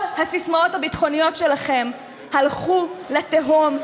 כל הסיסמאות הביטחוניות שלכם הלכו לתהום,